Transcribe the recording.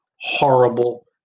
horrible